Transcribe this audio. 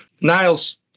Niles